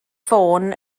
ffôn